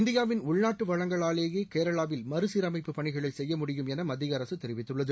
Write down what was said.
இந்தியாவின் உள்நாட்டு வளங்களாலேயே கேரளாவில் மறுசீரமைப்பு பணிகளை செய்யமுடியும் என மத்திய அரசு தெரிவித்துள்ளது